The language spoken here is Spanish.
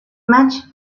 match